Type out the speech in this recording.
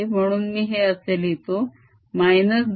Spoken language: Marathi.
म्हणून मी हे असे लिहितो b